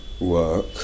work